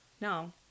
No